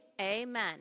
amen